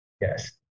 Yes